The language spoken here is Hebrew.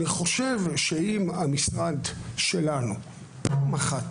אני חושב שאם המשרד שלנו פעם אחת,